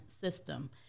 system